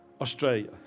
Australia